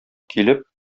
килеп